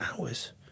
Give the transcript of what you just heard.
hours